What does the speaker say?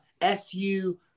SU